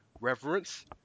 reverence